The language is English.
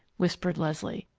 whispered leslie.